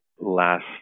last